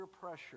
pressure